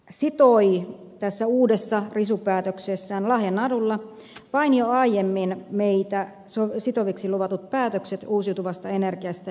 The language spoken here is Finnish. käsi sitoi tässä uudessa risupäätöksessään lahjanarulla vain jo aiemmin meitä sitoviksi luvatut päätökset uusiutuvasta energiasta ja energiasäästöstä